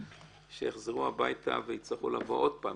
שיחזרו הביתה ויצטרכו לבוא עוד פעם.